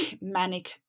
manic